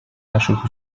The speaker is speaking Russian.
наших